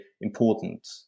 important